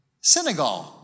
senegal